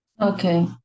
Okay